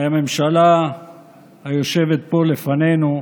הממשלה היושבת פה לפנינו,